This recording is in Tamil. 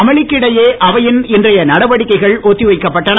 அமளிக்கிடையே அவையின் இன்றைய நடவடிக்கைகள் ஒத்தி வைக்கப்பட்டன